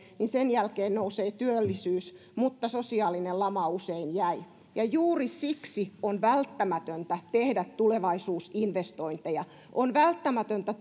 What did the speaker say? niin sen jälkeen nousee työllisyys mutta sosiaalinen lama usein jää juuri siksi on välttämätöntä tehdä tulevaisuusinvestointeja on välttämätöntä